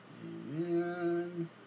Amen